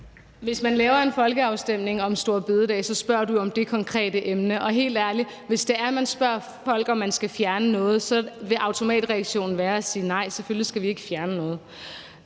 Hvis man laver en folkeafstemning om store bededag, spørger man om det konkrete emne, og helt ærligt, hvis man spørger folk, om man skal fjerne noget, så vil automatreaktionen være at sige, at nej, selvfølgelig skal vi ikke fjerner noget.